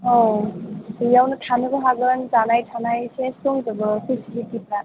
औ बेयावनो थानोबो हागोन जानाय थानाय सेस दंजोबो फेसिलिटिफ्रा